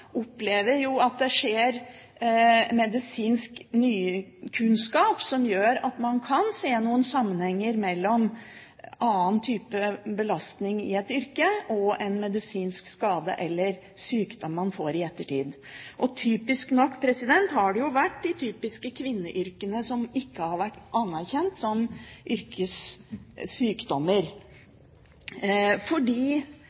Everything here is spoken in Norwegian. opplever man jo at man får ny medisinsk kunnskap som gjør at man kan se noen sammenhenger mellom annen type belastning i et yrke og en medisinsk skade eller sykdom man får i ettertid. Typisk nok har det vært i de typiske kvinneyrkene det ikke har vært anerkjent som